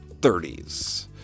30s